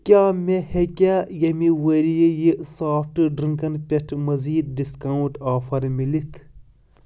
کیٛاہ مےٚ ہیٚکیٛاہ ییٚمہِ ؤرِیہِ یہِ سافٹ ڈٕرٛنٛکَن پٮ۪ٹھ مزیٖد ڈِسکاونٛٹ آفر میلِتھ